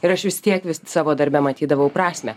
ir aš vis tiek vis savo darbe matydavau prasmę